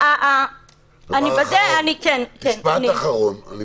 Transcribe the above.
משפט אחרון.